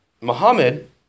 Muhammad